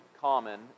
common